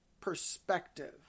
perspective